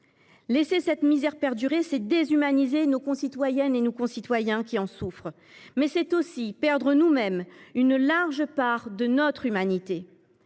Laisser cette misère perdurer, c’est déshumaniser nos concitoyennes et nos concitoyens qui en souffrent, mais c’est aussi perdre nous mêmes une large part de notre humanité.